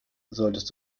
solltest